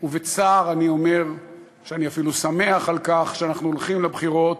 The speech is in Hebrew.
ובצער אני אומר שאני אפילו שמח על כך שאנחנו הולכים לבחירות,